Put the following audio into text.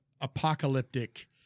apocalyptic